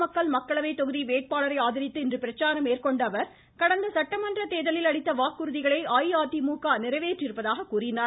நாமக்கல் மக்களவை தொகுதி வேட்பாளரை ஆதரித்து இன்று பிரச்சாரம் மேற்கொண்ட அவர் அகடந்த சட்டமன்ற தேர்தலில் அளித்த அவாக்குறுதிகளை அஇஅதிமுக நிறைவேற்றியுள்ளதாக குறிப்பிட்டார்